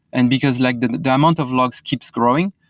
and because like the and amount of logs keeps growing,